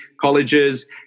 colleges